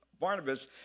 Barnabas